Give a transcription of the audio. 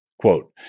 Quote